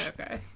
Okay